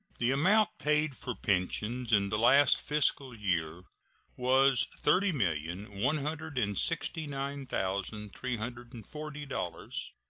the amount paid for pensions in the last fiscal year was thirty million one hundred and sixty nine thousand three hundred and forty dollars,